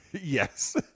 Yes